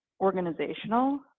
organizational